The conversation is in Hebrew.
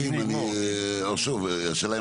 שוב.